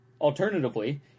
alternatively